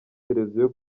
televiziyo